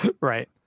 right